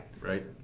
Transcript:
Right